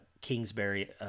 Kingsbury